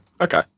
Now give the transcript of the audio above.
Okay